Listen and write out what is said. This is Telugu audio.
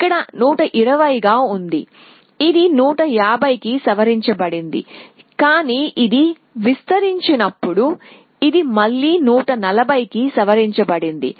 ఇక్కడ 120 గా ఉంది ఇది 150 కి సవరించబడింది కానీ ఇది విస్తరించినప్పుడు ఇది మళ్ళీ 140 కి సవరించబడింది